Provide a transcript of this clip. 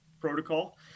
protocol